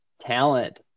talent